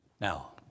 Now